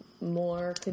More